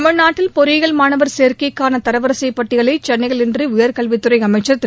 தமிழ்நாட்டில் பொறியியல் மாணவர் சேர்க்கைக்கான தரவரிசைப் பட்டியலை சென்னையில் இன்று உயர் கல்வித் துறை அமைச்சர் திரு